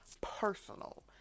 personal